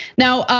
now,